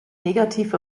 negativ